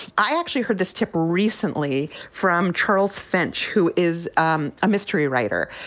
i actually heard this tip recently from charles french, who is um a mystery writer,